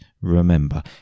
remember